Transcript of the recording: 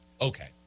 Okay